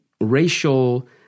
racial